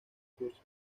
curso